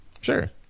Sure